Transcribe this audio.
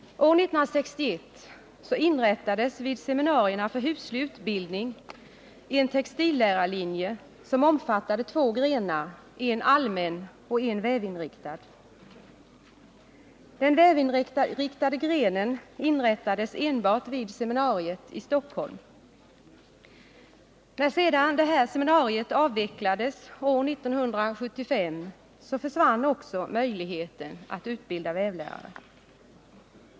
År 1961 inrättades vid seminarierna för huslig utbildning en textillärarlinje, som omfattade två grenar: en allmän och en vävinriktad. Den vävinriktade grenen inrättades enbart vid seminariet i Stockholm. När sedan detta seminarium avvecklades år 1975 försvann också möjligheten att utbilda vävlärare.